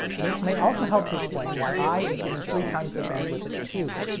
this may also help to explain why i is given three times the bandwidth of q.